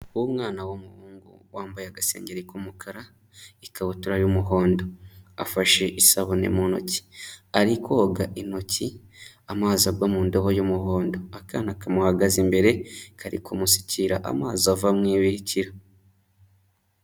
Umwana w'umuhungu wambaye agasengengeri k'umukara, ikabutura y'umuhondo, afashe isabune mu ntoki, ari koga intoki amazi agwa mu ndobo y'umuhondo, akana kamuhagaze imbere kari kumusukira amazi ava mu ibikira.